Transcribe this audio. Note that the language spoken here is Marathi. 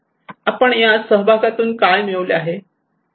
आपण या सहभागातून काय मिळवले आहे